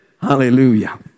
Hallelujah